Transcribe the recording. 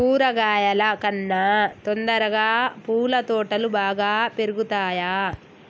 కూరగాయల కన్నా తొందరగా పూల తోటలు బాగా పెరుగుతయా?